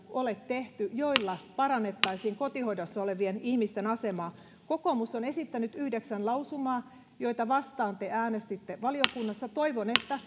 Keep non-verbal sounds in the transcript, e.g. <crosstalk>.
ole tehty yhtään esitystä joilla parannettaisiin kotihoidossa olevien ihmisten asemaa kokoomus on esittänyt yhdeksän lausumaa joita vastaan te äänestitte valiokunnassa toivon että <unintelligible>